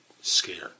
scared